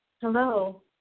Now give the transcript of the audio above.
Hello